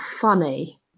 funny